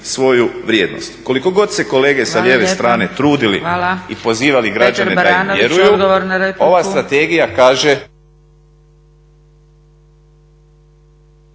svoju vrijednost. Koliko god se kolege sa lijeve strane trudili i pozivali… **Zgrebec, Dragica (SDP)**